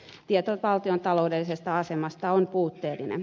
tieto valtion taloudellisesta asemasta on puutteellinen